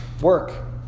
work